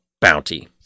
bounty